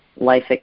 life